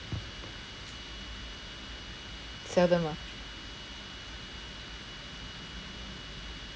seldom ah